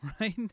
right